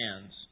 hands